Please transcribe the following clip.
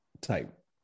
type